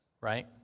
right